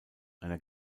einer